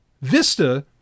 Vista